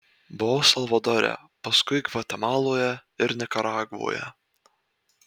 buvau salvadore paskui gvatemaloje ir nikaragvoje